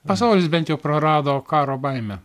pasaulis bent jau prarado karo baimę